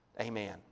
Amen